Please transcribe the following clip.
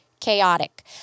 chaotic